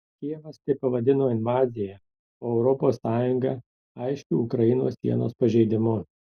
kijevas tai pavadino invazija o europos sąjunga aiškiu ukrainos sienos pažeidimu